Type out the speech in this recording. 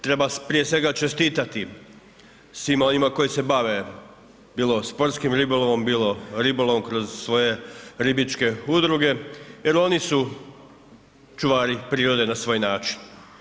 Treba prije svega čestitati svima onima koji se bave bilo sportskim ribolovom, bilo ribolovom kroz svoje ribičke udruge jer oni su čuvari prirode na svoj način.